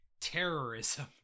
terrorism